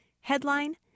Headline